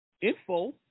info